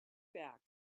back